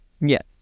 Yes